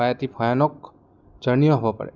বা এটি ভয়ানক জাৰ্ণিও হ'ব পাৰে